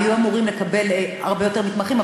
היו אמורים לקבל הרבה יותר מתמחים,